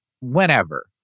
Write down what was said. whenever